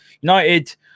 United